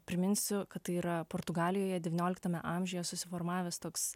priminsiu kad tai yra portugalijoje devynioliktame amžiuje susiformavęs toks